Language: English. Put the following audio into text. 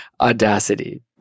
Audacity